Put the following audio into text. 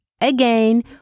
again